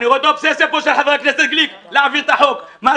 אני רואה את האובססיה פה של חבר הכנסת גליק להעביר את החוק.